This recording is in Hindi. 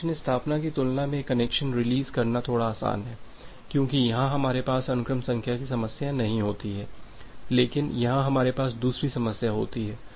कनेक्शन स्थापना की तुलना में कनेक्शन रिलीज़ करना थोड़ा आसान है क्योंकि यहाँ हमारे पास अनुक्रम संख्या की समस्या नहीं होती है लेकिन यहाँ हमारे पास दूसरी समस्या होती है